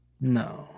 No